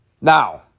Now